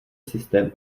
systém